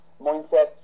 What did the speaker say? mindset